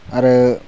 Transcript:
आरो